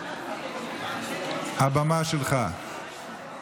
הבמה שלך.